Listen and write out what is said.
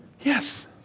Yes